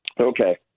Okay